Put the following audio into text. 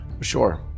Sure